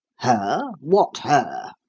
her? what her?